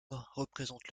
représente